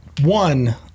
one